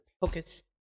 Focus